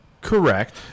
Correct